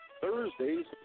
Thursdays